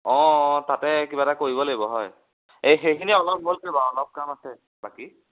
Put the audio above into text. অঁ তাতে কিবা এটা কৰিব লাগিব হয় এই সেইখিনি অলপ গৈইছে বাৰু অলপ কাম আছে বাকী